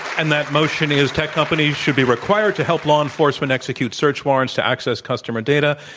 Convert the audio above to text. and that motion is, tech companies should be required to help law enforcement execute search warrants to access customer data.